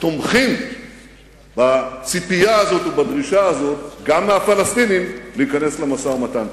תומכים בציפייה הזאת ובדרישה הזאת גם מהפלסטינים להיכנס למשא-ומתן.